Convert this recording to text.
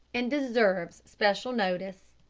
and deserves special notice.